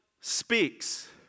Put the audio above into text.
speaks